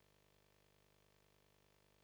Grazie